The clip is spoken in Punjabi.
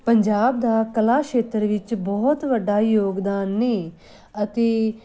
ਪੰਜਾਬ ਦਾ ਕਲਾ ਸ਼ੇਤਰ ਵਿੱਚ ਬਹੁਤ ਵੱਡਾ ਯੋਗਦਾਨ ਨੇ ਅਤੇ